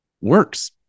works